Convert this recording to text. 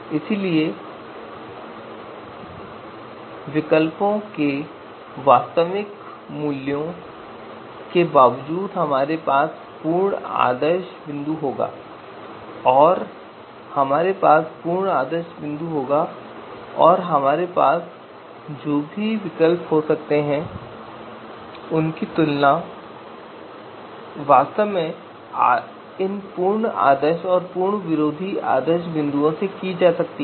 इसलिए विकल्पों के वास्तविक मूल्यों के बावजूद हमारे पास पूर्ण आदर्श बिंदु होगा और हमारे पास पूर्ण आदर्श विरोधी बिंदु होगा और हमारे पास जो भी विकल्प हो सकते हैं उनकी तुलना वास्तव में इन पूर्ण आदर्श और पूर्ण विरोधी आदर्श बिंदुओं से की जा सकती है